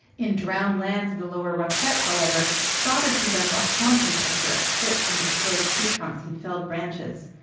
in drowned lands of the lower raquette, however, stoddard presents a haunting picture of stripped and destroyed tree trunks and felled branches.